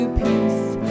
peace